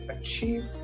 achieve